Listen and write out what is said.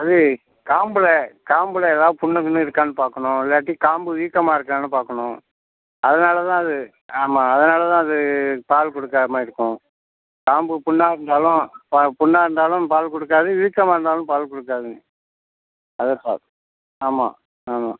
அது காம்பில் காம்பில் ஏதாவது புண்ணு கிண்ணு இருக்கான்னு பார்க்கணும் இல்லாட்டி காம்பு வீக்கமாக இருக்கான்னு பார்க்கணும் அதனால் தான் அது ஆமாம் அதனால் தான் அது பால் கொடுக்காம இருக்கும் காம்பு புண்ணாக இருந்தாலும் இப்போ புண்ணாக இருந்தாலும் பால் கொடுக்காது வீக்கமாக இருந்தாலும் பால் கொடுக்காதுங்க அது பால் ஆமாம் ஆமாம்